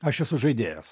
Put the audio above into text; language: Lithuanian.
aš esu žaidėjas